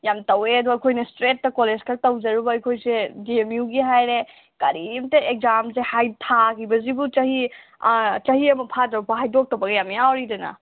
ꯌꯥꯝ ꯇꯧꯋꯦ ꯑꯗꯣ ꯑꯩꯈꯣꯏꯅ ꯏꯁꯇ꯭ꯔꯦꯠꯇ ꯀꯣꯂꯦꯖ ꯈꯛ ꯇꯧꯖꯔꯨꯕ ꯑꯩꯈꯣꯏꯁꯦ ꯗꯤ ꯑꯦꯝ ꯌꯨꯒꯤ ꯍꯥꯏꯔꯦ ꯀꯔꯤꯃꯇ ꯑꯦꯛꯖꯥꯝꯁꯦ ꯊꯥꯈꯤꯕꯁꯤꯕꯨ ꯆꯍꯤ ꯆꯍꯤ ꯑꯃ ꯐꯥꯗꯣꯔꯐꯥꯎ ꯍꯥꯏꯗꯣꯛꯇꯕꯒ ꯌꯥꯝ ꯌꯥꯎꯔꯤꯗꯅ